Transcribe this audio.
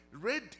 Red